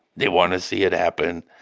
they want to see it happen,